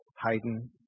Haydn